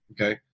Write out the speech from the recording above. okay